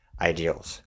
ideals